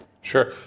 sure